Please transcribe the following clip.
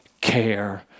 care